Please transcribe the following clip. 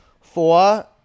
Four